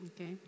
Okay